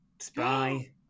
spy